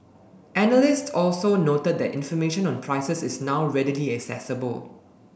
analysts also noted that information on prices is now readily accessible